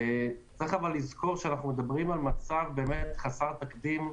אך יש לזכור שאנו מדברים על מצב חסר תקדים,